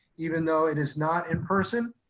even though it is not in person,